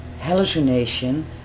hallucination